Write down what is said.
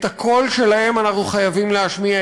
את הקול שלהם אנחנו חייבים להשמיע,